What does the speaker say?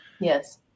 Yes